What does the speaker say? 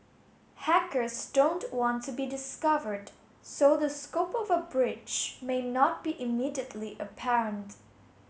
hackers don't want to be discovered so the scope of a breach may not be immediately apparent